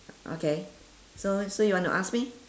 okay so so you want to ask me